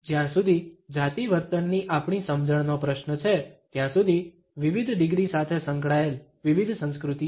જ્યાં સુધી જાતિ વર્તનની આપણી સમજણનો પ્રશ્ન છે ત્યાં સુધી વિવિધ ડિગ્રી સાથે સંકળાયેલ વિવિધ સંસ્કૃતિઓ